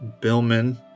Billman